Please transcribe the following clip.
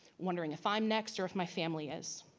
wondering if i'm next, or if my family is.